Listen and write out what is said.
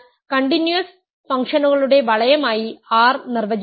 അതിനാൽ കണ്ടിന്യൂസ് ഫംഗ്ഷനുകളുടെ വളയം ആയി R നിർവചിക്കാം